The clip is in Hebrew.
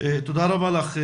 תודה רבה לך.